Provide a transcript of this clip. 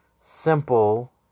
simple